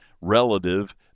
relative